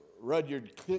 Rudyard